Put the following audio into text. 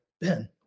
Ben